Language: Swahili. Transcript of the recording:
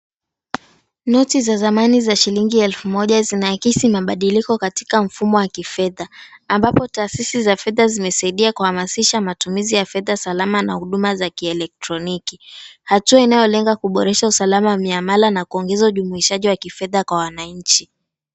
Noti za zamani za shilingi elfu moja zinaakisi mabadiliko katika mfumo wa kifedha ambapo taasisi za fedha zimesaidia kuhamasisha matumizi ya fedha salama na huduma za kielektroniki. Hatua inayolenga kuboresha kuongeza usalama wa miamala kuongeza udumishaji wa kifedha kwa wananchi.